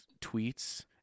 tweets